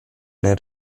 nel